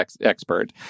expert